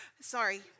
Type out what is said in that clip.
Sorry